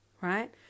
right